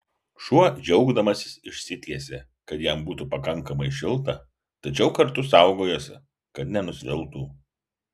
šuo džiaugdamasis išsitiesė kad jam būtų pakankamai šilta tačiau kartu saugojosi kad nenusviltų